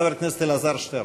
חבר הכנסת אלעזר שטרן.